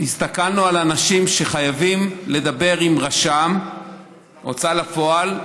הסתכלנו על אנשים שחייבים לדבר עם רשם הוצאה לפועל,